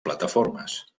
plataformes